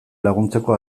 laguntzeko